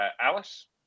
Alice